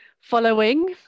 following